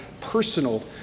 personal